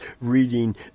reading